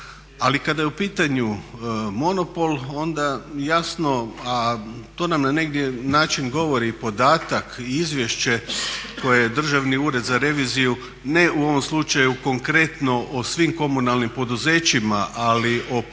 Ali kada je u pitanju monopol onda jasno, a to nam na negdje način govori podatak, izvješće koje je Državni ured za reviziju ne u ovom slučaju konkretno o svim komunalnim poduzećima, ali poduzećima